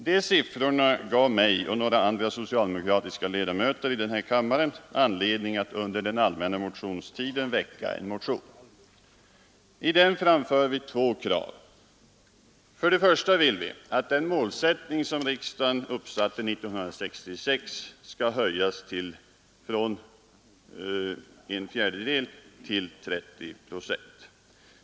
Dessa siffror gav mig och några andra socialdemokratiska ledamöter i denna kammare anledning att under den allmänna motionstiden väcka en motion. I den framför vi två krav. För det första vill vi att den målsättning för den regionala produktionen som riksdagen uppsatte 1966 skall höjas från en fjärdedel till 30 procent.